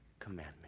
commandment